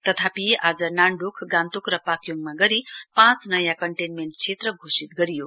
तथापि आज नान्डोक गान्तोक र पाक्योङमा गरी पाँच नयाँ कन्टेन्मेण्ट क्षेत्र घोषित गरियो